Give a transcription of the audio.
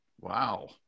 wow